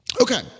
Okay